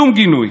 שום גינוי.